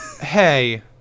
Hey